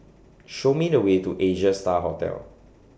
Show Me The Way to Asia STAR Hotel